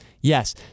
Yes